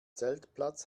zeltplatz